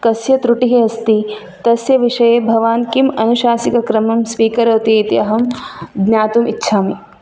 कस्य त्रुटिः अस्ति तस्य विषये भवान् किम् अनुशासिकक्रमं स्वीकरोतीति अहं ज्ञातुम् इच्छामि